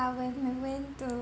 when we went to